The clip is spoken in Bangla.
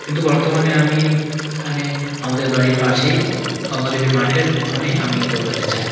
কিন্তু বর্তমানে আমি এখানে আমাদের বাড়ির পাশেই গঙ্গা দেবীর মাঠের ওখানেই আমি দৌড়াতে যাই